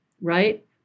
right